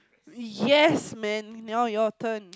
yes man now your turn